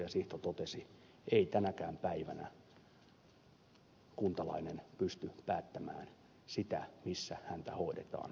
sihto totesi ei tänäkään päivänä kuntalainen pysty päättämään sitä missä häntä hoidetaan